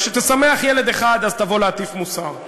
כשתשמח ילד אחד, אז תבוא להטיף מוסר.